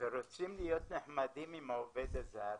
ורוצים להיות נחמדים עם העובד הזר,